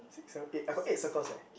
six seven eight I got eight circles eh